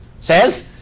says